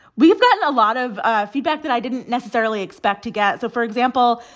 we've gotten a lot of ah feedback that i didn't necessarily expect to get. so for example,